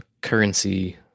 currency